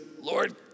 Lord